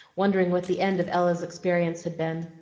wondering what the end of ella's experience had been.